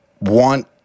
want